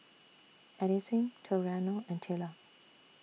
Addisyn Toriano and Tilla